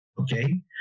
Okay